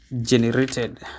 generated